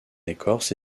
écorce